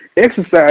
exercise